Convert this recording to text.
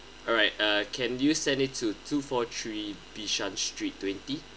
alright uh can you send it to two four three bishan street twenty